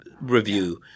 review